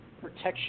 protection